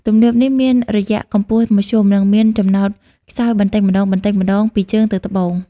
ទំនាបនេះមានរយៈកម្ពស់មធ្យម និងមានចំណោតខ្សោយបន្តិចម្ដងៗពីជើងទៅត្បូង។